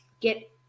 get